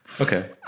Okay